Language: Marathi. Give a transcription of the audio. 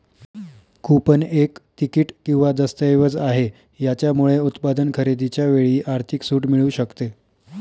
कुपन एक तिकीट किंवा दस्तऐवज आहे, याच्यामुळे उत्पादन खरेदीच्या वेळी आर्थिक सूट मिळू शकते